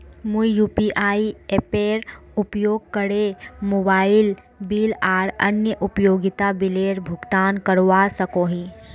मुई यू.पी.आई एपेर उपयोग करे मोबाइल बिल आर अन्य उपयोगिता बिलेर भुगतान करवा सको ही